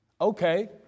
Okay